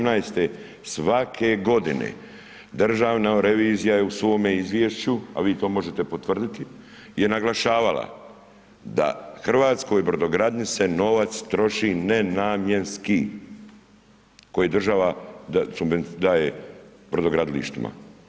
2017., svake godine državna revizija je u svome izvješću, a vi to možete potvrditi je naglašavala da hrvatskoj brodogradnji se novac troši nenamjenski, koji država daje brodogradilištima.